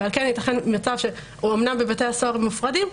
ועל כן ייתכן מצב שאומנם בבתי הסוהר הם מופרדים,